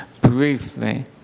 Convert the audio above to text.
briefly